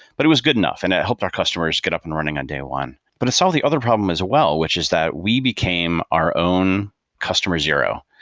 but it was good enough and it helped our customers get up and running on day one but it solved the other problem as well, which is that we became our own customer zero,